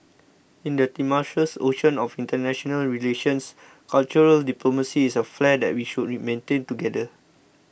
in the tumultuous ocean of international relations cultural diplomacy is a flare that we should re maintain together